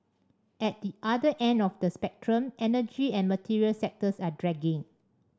at the other end of the spectrum energy and material sectors are dragging